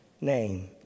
name